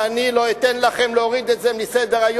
ואני לא אתן לכם להוריד אותו מסדר-היום,